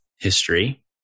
history